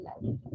life